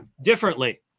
differently